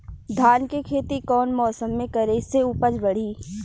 धान के खेती कौन मौसम में करे से उपज बढ़ी?